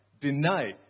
deny